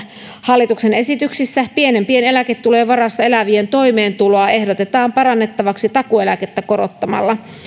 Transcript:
hallituksen esityksessä pienimpien eläketulojen varassa elävien toimeentuloa ehdotetaan parannettavaksi takuueläkettä korottamalla